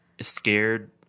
scared